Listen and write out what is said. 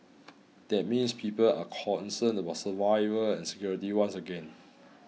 that means people are concerned about survival and security once again